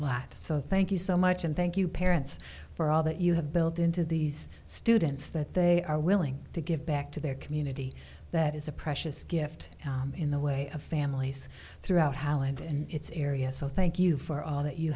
lot so thank you so much and thank you parents for all that you have built into these students that they are willing to give back to their community that is a precious gift in the way of families throughout holland and its area so thank you for all that you